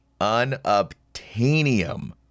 unobtainium